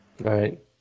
Right